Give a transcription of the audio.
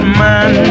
man